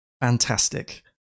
fantastic